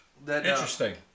Interesting